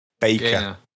Baker